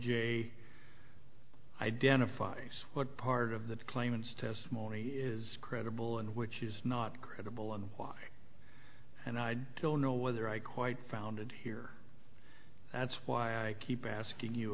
a identifies what part of the claimants testimony is credible and which is not credible and why and i don't know whether i quite found it here that's why i keep asking you